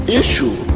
issue